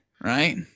right